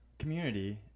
community